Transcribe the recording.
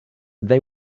they